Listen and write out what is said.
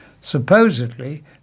Supposedly